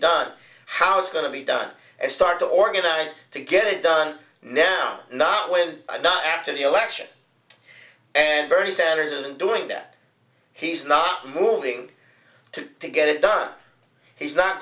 done how it's going to be done and start to organize to get it done now not when i'm not after the election and bernie sanders isn't doing that he's not moving to get it done he's not